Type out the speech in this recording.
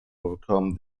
overcome